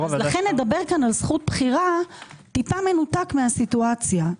לכן לדבר פה על זכות בחירה טיפה מנותק מהסיטואציה,